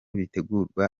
bitegurwa